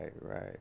right